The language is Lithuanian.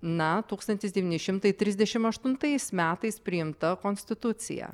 na tūkstantis devyni šimtai trisdešim aštuntais metais priimta konstitucija